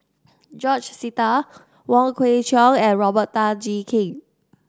George Sita Wong Kwei Cheong and Robert Tan Jee Keng